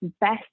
best